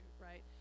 right